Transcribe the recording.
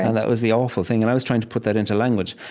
and that was the awful thing. and i was trying to put that into language.